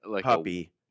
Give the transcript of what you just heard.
puppy